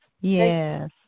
yes